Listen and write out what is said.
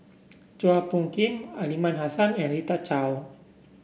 Chua Phung Kim Aliman Hassan and Rita Chao